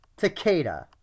Takeda